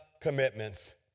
commitments